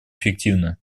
эффективно